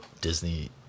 Disney